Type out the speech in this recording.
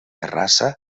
terrassa